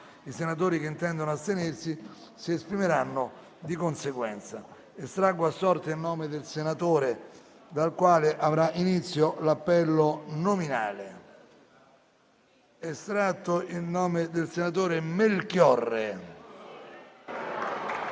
i senatori che intendono astenersi si esprimeranno di conseguenza. Estraggo ora a sorte il nome del senatore dal quale avrà inizio l'appello nominale. *(È estratto a sorte il nome del senatore Melchiorre).*